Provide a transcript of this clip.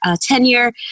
tenure